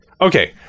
Okay